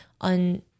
on